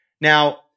Now